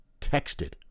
texted